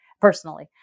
personally